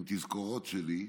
עם תזכורות שלי,